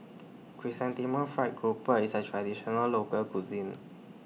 Chrysanthemum Fried Grouper IS A Traditional Local Cuisine